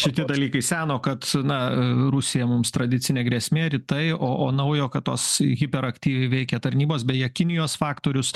šitie dalykai seno kad na rusija mums tradicinė grėsmė rytai o o naujo kad tos hiperaktyviai veikia tarnybos beje kinijos faktorius